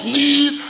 need